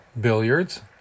billiards